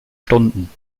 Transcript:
stunden